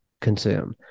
consume